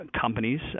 companies